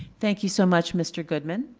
thank you so much, mr. goodman.